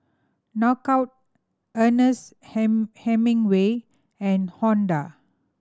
Knockout Ernest Hemingway and Honda